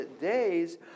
days